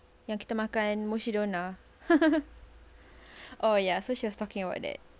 yang kita makan mukshidonna oh ya so she was talking about that